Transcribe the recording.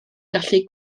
gallu